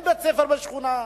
אין בית-ספר בשכונה,